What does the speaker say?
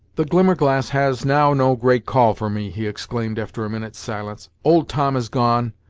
the glimmerglass has now no great call for me, he exclaimed after a minute's silence. old tom is gone,